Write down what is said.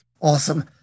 Awesome